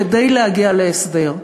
כדי להגיע להסדר,